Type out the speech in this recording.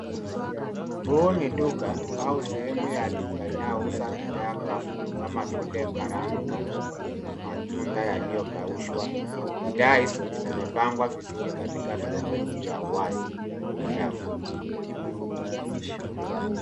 Huo ni duka au sehemu ya duka inayouza bidhaa kavu kama vile karanga, matunda yaliyokaushwa. Bidhaa hizo zimepangwa vizuri katika vyombo vya wazi kwenye rafu.